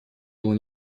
было